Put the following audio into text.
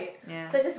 ya